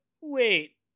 wait